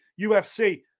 UFC